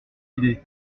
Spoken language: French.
idée